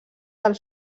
del